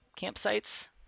campsites